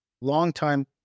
longtime